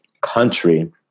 country